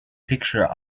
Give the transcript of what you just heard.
picture